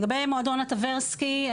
לגבי מועדון הטברסקי,